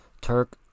Turk